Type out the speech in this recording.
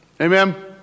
Amen